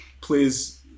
please